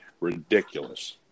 ridiculous